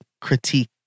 critique